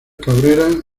cabrera